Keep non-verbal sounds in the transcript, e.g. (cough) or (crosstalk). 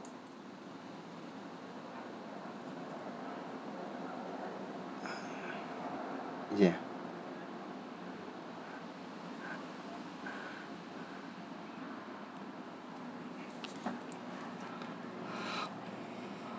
(breath) ya